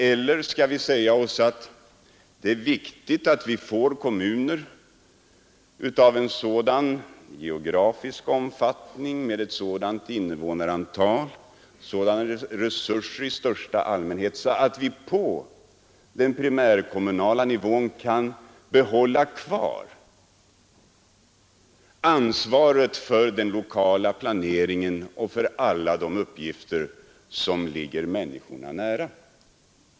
Eller skall vi säga oss att det är viktigt att vi får kommuner av en sådan geografisk omfattning, med ett sådant invånarantal och med sådana resurser i största allmänhet att vi på den primärkommunala nivån kan behålla ansvaret för den lokala planeringen och för alla de uppgifter som ligger människorna nära?